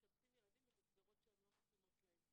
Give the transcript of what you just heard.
משבצים ילדים למסגרות שהן לא מתאימות להם.